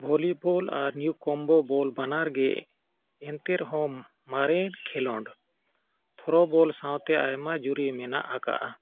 volleyball ᱟᱨ ᱧᱩ ᱠᱚᱢᱵᱳ ᱵᱚᱞ ᱵᱟᱱᱟᱨ ᱜᱮ ᱮᱱᱛᱮ ᱨᱮᱦᱚᱸ ᱢᱟᱨᱮ ᱠᱷᱮᱞᱳᱸᱰ ᱛᱷᱨᱳ ᱵᱚᱞ ᱥᱟᱶᱛᱮ ᱟᱭᱢᱟ ᱡᱩᱨᱤ ᱢᱮᱱᱟᱜ ᱟᱠᱟᱫᱟ